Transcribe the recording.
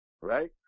right